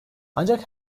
ancak